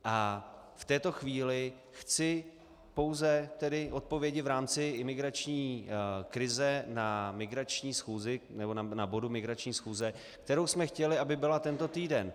V této chvíli chci pouze tedy odpovědi v rámci imigrační krize na migrační schůzi, nebo na bodu migrační schůze, kterou jsme chtěli, aby byla tento týden.